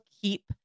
keep